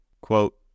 Quote